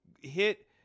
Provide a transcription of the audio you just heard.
Hit